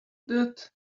that